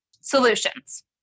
solutions